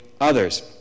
others